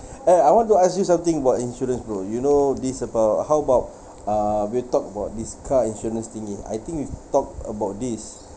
eh I want to ask you something about insurance bro you know this about how about uh we talk about this car insurance thingy I think we've talked about this